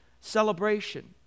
celebration